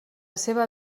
seva